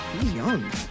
young